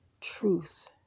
truth